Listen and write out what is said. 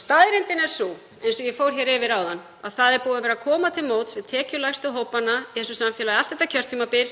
Staðreyndin er sú, eins og ég fór yfir áðan, að komið hefur verið til móts við tekjulægstu hópana í þessu samfélagi allt þetta kjörtímabil